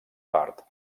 part